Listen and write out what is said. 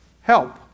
help